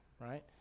right